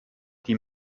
die